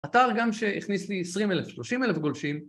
אתר גם שהכניס לי 20,000-30,000 גולשים